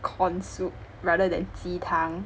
corn soup rather than 鸡汤